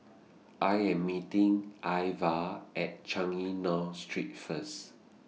I Am meeting Iva At Changi North Street First